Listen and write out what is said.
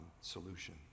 solution